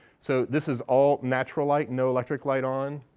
so this is all natural light, no electric light on.